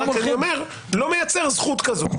לא מייצר זכות כזו.